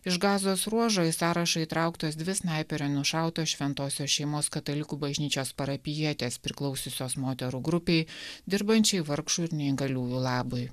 iš gazos ruožo į sąrašą įtrauktos dvi snaiperio nušauto šventosios šeimos katalikų bažnyčios parapijietės priklausiusios moterų grupei dirbančiai vargšų ir neįgaliųjų labui